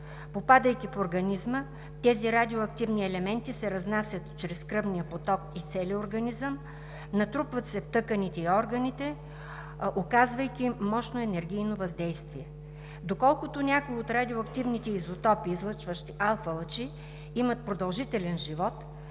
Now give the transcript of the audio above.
попадайки в организма тези радиоактивни елементи се разнасят чрез кръвния поток из целия организъм, натрупват се в тъканите и органите, оказвайки им мощно енергийно въздействие. Доколкото някои от радиоактивните изотопи, излъчващи алфа-лъчи, имат продължителен живот,